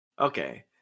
okay